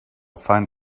find